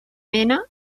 mena